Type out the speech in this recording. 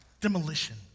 demolition